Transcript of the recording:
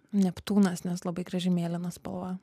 neptūnas nes labai graži mėlyna spalva